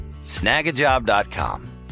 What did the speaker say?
Snagajob.com